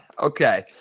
Okay